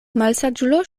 malsaĝulo